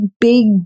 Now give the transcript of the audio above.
big